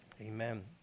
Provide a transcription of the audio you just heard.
amen